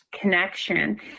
connection